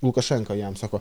lukašenka jam sako